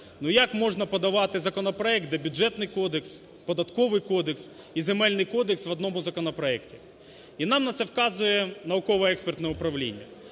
Ну, як можна подавати законопроект, де Бюджетний кодекс, Податковий кодекс і Земельний кодекс в одному законопроекті? І нам на це вказує науково-експертне управління.